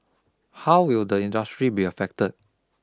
how will the industry be affected